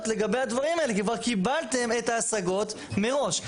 לגבי הדברים האלה כי כבר קיבלתם את ההשגות מראש.